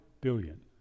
billion